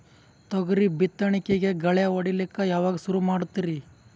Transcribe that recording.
ತೊಗರಿ ಬಿತ್ತಣಿಕಿಗಿ ಗಳ್ಯಾ ಹೋಡಿಲಕ್ಕ ಯಾವಾಗ ಸುರು ಮಾಡತೀರಿ?